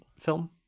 Film